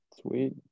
sweet